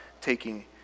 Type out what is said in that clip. taking